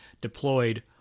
deployed